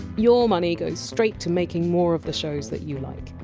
your money goes straight to making more of the shows that you like.